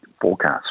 forecasts